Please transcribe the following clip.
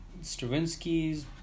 stravinsky's